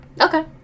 okay